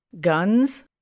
guns